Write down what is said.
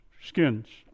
skins